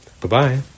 Bye-bye